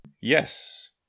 Yes